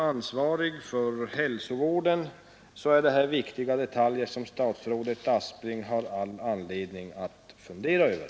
Detta är dock viktiga detaljer som statsrådet Aspling, som ansvarig för hälsovården, har anledning att fundera över.